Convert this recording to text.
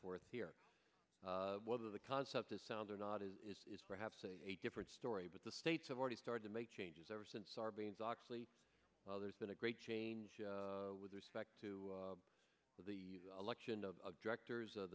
forth here whether the concept is sound or not is perhaps a different story but the states have already started to make changes ever since sarbanes oxley there's been a great change with respect to the election of directors of